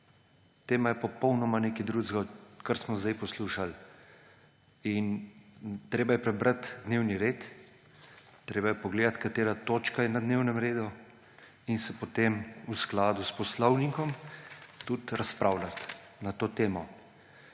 Tema je popolnoma nekaj drugega od tega, kar smo sedaj poslušali. Treba je prebrati dnevni red, treba je pogledati, katera točka je na dnevnem redu, in potem v skladu s poslovnikom tudi razpravljati na to temo.